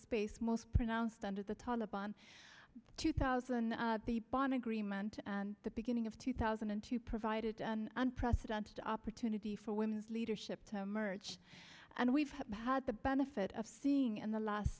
space most pronounced under the taliban two thousand the bond agreement and the beginning of two thousand and two provided an unprecedented opportunity for women's leadership to emerge and we've had the benefit of seeing and the last